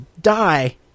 die